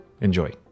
Enjoy